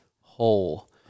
whole